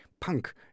punk